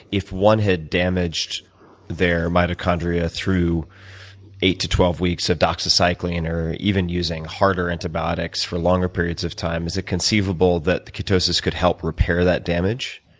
if one had damaged their mitochondria through eight to twelve weeks of doxycycline or even using harder antibiotics for longer periods of time, is it conceivable that the ketosis could help repair that damage?